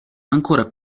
ancora